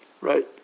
Right